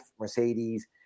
Mercedes